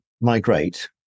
migrate